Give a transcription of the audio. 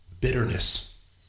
bitterness